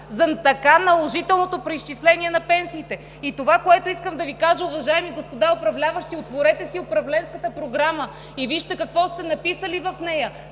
за така наложителното преизчисление на пенсиите. Това, което искам да Ви кажа, уважаеми господа управляващи – отворете си Управленската програма и вижте какво сте написали в нея: